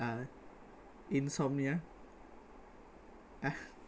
uh insomnia